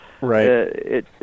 Right